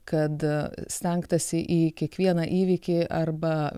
kad stengtasi į kiekvieną įvykį arba